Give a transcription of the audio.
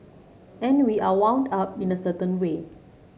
and we are wound up in a certain way